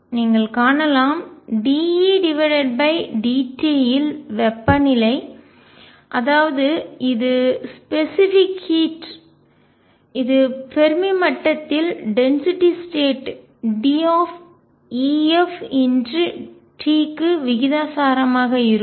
நீங்கள் காணலாம் dEdT இல் வெப்பநிலை அதாவது இது ஸ்பெசிபிக் ஹீட் குறிப்பிட்ட வெப்பமான இது ஃபெர்மி மட்டத்தில் டென்சிட்டி ஸ்டேட் DF×T க்கு விகிதாசாரமாக இருக்கும்